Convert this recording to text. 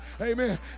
Amen